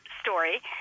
story